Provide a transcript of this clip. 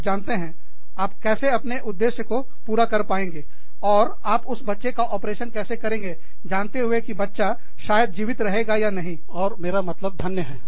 आप जानते हैं आप कैसे अपने उद्देश्य को पूरा कर पाएंगे और आप उस बच्चे का ऑपरेशन कैसे करेंगे जानते हुए की बच्चा शायद जीवित रहेगा या नहीं और मेरा मतलब धन्य है